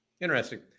Interesting